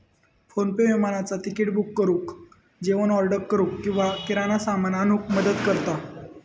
PhonePe विमानाचा ticket book करुक, जेवण ऑर्डर करूक किंवा किराणा सामान आणूक मदत करता